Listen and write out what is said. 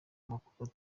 amakuru